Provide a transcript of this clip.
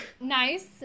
Nice